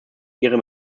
ihre